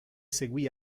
seguì